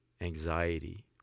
anxiety